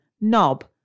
knob